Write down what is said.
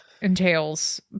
entails